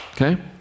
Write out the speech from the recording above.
Okay